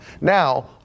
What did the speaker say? Now